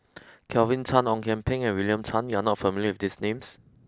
Kelvin Tan Ong Kian Peng and William Tan you are not familiar with these names